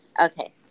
Okay